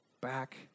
back